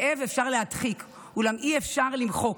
כאב אפשר להדחיק, אולם אי-אפשר למחוק.